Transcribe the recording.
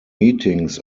meetings